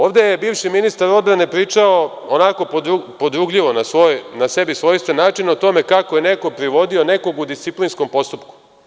Ovde je bivši ministar odbrane pričao onako podrugljivo na sebi svojstven način o tome kako je neko privodio nekog u disciplinskom postupku.